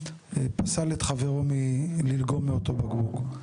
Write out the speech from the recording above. פסל את חברו מללגום מאותו בקבוק.